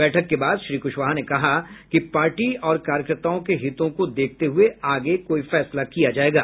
बैठक के बाद श्री कुशवाहा ने कहा कि पार्टी और कार्यकर्ताओं के हितों को देखते हुए आगे कोई फैसला किया जायेगा